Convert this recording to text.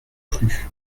plus